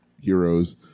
heroes